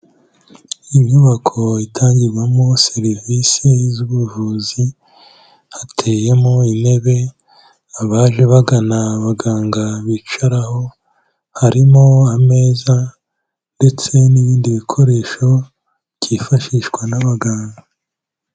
Inyubako itangirwamo serivisi z'ubuvuzi, hateyemo intebe abaje bagana abaganga bicaraho, harimo ameza ndetse n'ibindi bikoresho byifashishwa n'abaganga.